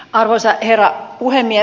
arvoisa herra puhemies